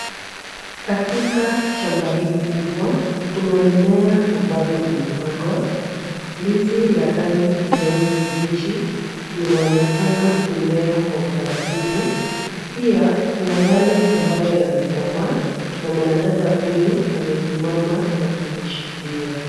Katika shamba hili kubwa kuna mimea ambayo umepandwa ndizi la rangi kijani kibichi linaonekana kumea kwa utaratibu pia kuna yale ambayo yamekomaa na mwanadada huyu amesimama na kuzishikilia.